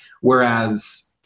Whereas